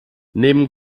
neben